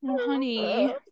honey